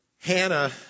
Hannah